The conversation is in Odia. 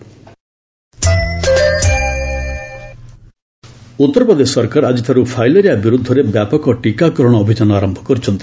ୟୁପି ଫାଇଲେରିଆ ଉତ୍ତର ପ୍ରଦେଶ ସରକାର ଆଜିଠାର୍ ଫାଇଲେରିଆ ବିର୍ଦ୍ଧରେ ବ୍ୟାପକ ଟୀକାକରଣ ଅଭିଯାନ ଆରମ୍ଭ କରିଛନ୍ତି